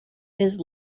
his